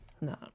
No